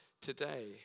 today